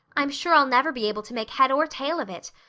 i'm sure i'll never be able to make head or tail of it.